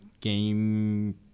game